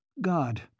God